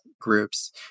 groups